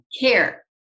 care